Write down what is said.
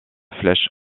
flèche